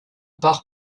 part